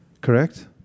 Correct